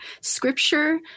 Scripture